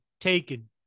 taken